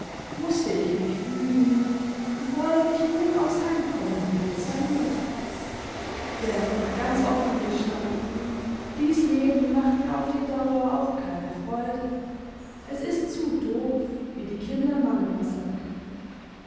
mußte ich mich fügen und freue mich nun aufs heimkommen im dezember denn ganz offen gestanden dies leben macht mir auf die dauer auch keine freude es ist zu dov wie die kindermann inmier sagte